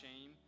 shame